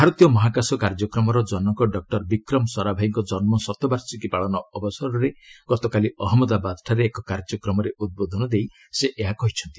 ଭାରତୀୟ ମହାକାଶ କର୍ଯ୍ୟକ୍ରମର ଜନକ ଡକୁର ବିକ୍ରମ ସରାଭାଇଙ୍କ ଜନୁ ଶତବାର୍ଷିକୀ ପାଳନ ଅବସରରେ ଗତକାଲି ଅହଞ୍ଚଦାବାଦଠାରେ ଏକ କାର୍ଯ୍ୟକ୍ରମରେ ଉଦ୍ବୋଧନ ଦେଇ ସେ ଏହା କହିଛନ୍ତି